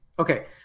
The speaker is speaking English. Okay